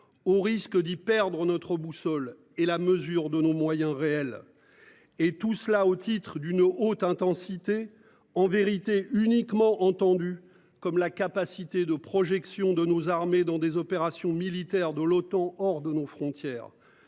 au risque d'y perdre notre boussole et la mesure de nos moyens réels. Et tout cela au titre d'une haute intensité en vérité uniquement entendu comme la capacité de projection de nos armées dans des opérations militaires de l'OTAN hors de nos frontières.